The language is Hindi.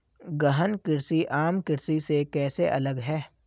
गहन कृषि आम कृषि से कैसे अलग है?